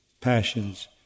passions